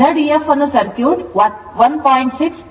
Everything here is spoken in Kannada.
Zef ಅನ್ನು ಸರ್ಕ್ಯೂಟ್ 1